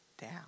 down